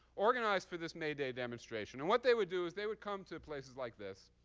organized for this may day demonstration. and what they would do is they would come to places like this.